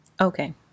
Okay